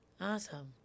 Awesome